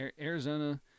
Arizona